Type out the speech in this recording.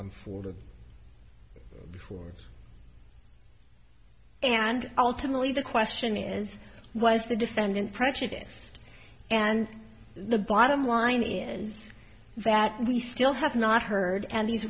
i'm forty four and ultimately the question is why is the defendant prejudiced and the bottom line is that we still have not heard and these